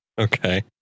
Okay